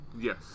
Yes